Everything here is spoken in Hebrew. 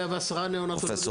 110 ניאונטולוגים.